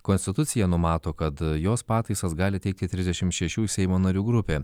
konstitucija numato kad jos pataisas gali teikti trisdešimt šešių seimo narių grupė